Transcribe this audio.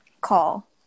call